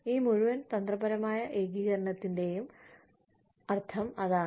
ഈ മുഴുവൻ തന്ത്രപരമായ ഏകീകരണത്തിന്റെയും അർത്ഥം അതാണ്